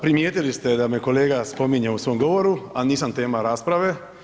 Primijetili ste da me kolega spominje u svom govoru, a nisam tema rasprave.